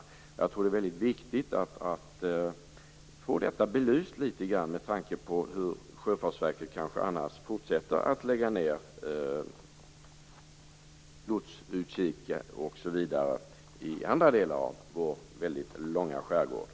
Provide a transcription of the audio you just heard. Jag tror att det är väldigt viktigt att få detta belyst med tanke på hur Sjöfartsverket annars kanske fortsätter att lägga ned lotsutkikar osv. i andra delar av vårt väldigt långa kust med skärgård.